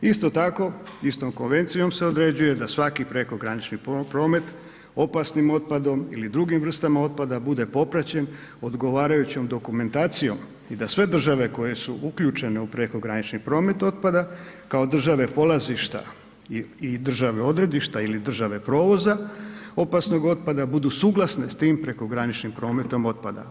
Isto tako, istom konvencijom se određuje da svaki prekogranični promet opasnim otpadom ili drugim vrstama otpada bude popraćen odgovarajućom dokumentacijom i da sve države koje su uključene u prekogranični promet otpada, kao države polazišta i države odredišta ili države provoza opasnog otpada, budu suglasne s tim prekograničnim prometom otpada.